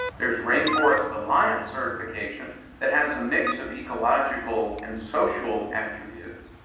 there's rainforest alliance certification that has a mix of ecological and social attributes,